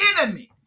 enemies